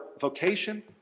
vocation